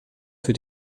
für